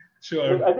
Sure